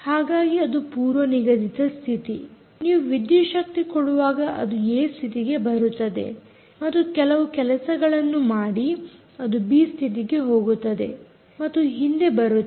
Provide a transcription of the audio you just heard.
ಹಾಗಾಗಿ ಅದು ಪೂರ್ವನಿಗದಿತ ಸ್ಥಿತಿ ನೀವು ವಿದ್ಯುತ್ ಶಕ್ತಿ ಕೊಡುವಾಗ ಅದು ಏ ಸ್ಥಿತಿಗೆ ಬರುತ್ತದೆ ಮತ್ತು ಕೆಲವು ಕೆಲಸಗಳನ್ನು ಮಾಡಿ ಅದು ಬಿ ಸ್ಥಿತಿಗೆ ಹೋಗುತ್ತದೆ ಮತ್ತು ಹಿಂದೆ ಬರುತ್ತದೆ